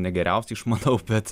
ne geriausiai išmanau bet